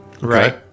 right